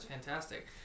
fantastic